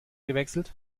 gewechselt